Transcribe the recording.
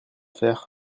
faire